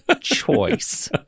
choice